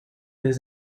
his